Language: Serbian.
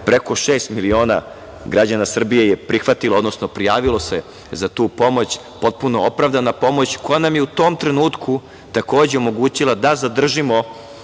preko šest miliona građana Srbije se prijavilo za tu pomoć, potpuno opravdanu pomoć, koja nam je u tom trenutku takođe omogućila da zadržimo